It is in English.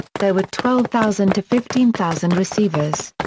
there were twelve thousand to fifteen thousand receivers.